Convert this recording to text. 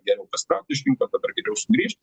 geriau pasitraukti iš rinkų dabar geriau sugrįžt